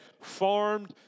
farmed